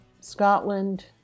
Scotland